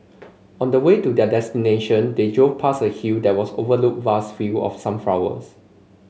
on the way to their destination they drove past a hill that was overlooked vast field of sunflowers